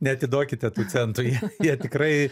neatiduokite tų centų jie jie tikrai